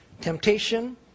Temptation